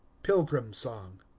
pilgrim song.